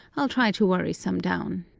i'll try to worry some down.